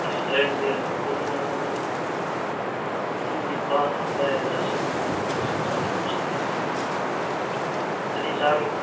ꯑꯁ ꯑꯩꯗꯤ ꯄꯨꯡ ꯄꯨꯡ ꯅꯤꯄꯥꯜ ꯑꯗꯨꯋꯥꯏꯗ ꯆꯥꯁꯟꯈ꯭ꯔꯦ ꯑꯨꯅ ꯍꯧꯖꯤꯛ ꯆꯥꯛ ꯂꯥꯝꯁꯜꯂꯛꯑꯦ ꯀꯔꯤ ꯆꯥꯈꯤꯕꯅꯣ